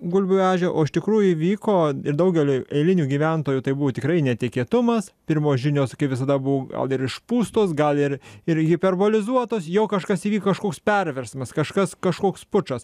gulbių eže o iš tikrųjų įvyko ir daugeliui eilinių gyventojų tai buvo tikrai netikėtumas pirmos žinios kaip visada buvo gal ir išpūstos gal ir ir hiperbolizuotos jo kažkas įvyko kažkoks perversmas kažkas kažkoks pučas